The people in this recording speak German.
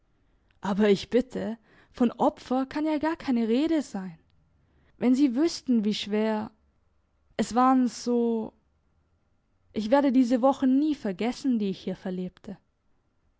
gesehnt aber ich bitte von opfer kann ja gar keine rede sein wenn sie wüssten wie schwer es waren so ich werde diese wochen nie vergessen die ich hier verlebte